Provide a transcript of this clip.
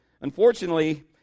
Unfortunately